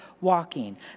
Walking